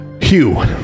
Hugh